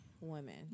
women